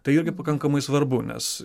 tai irgi pakankamai svarbu nes